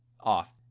off